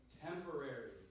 temporary